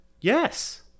Yes